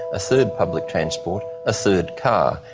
a third public transport, a third car.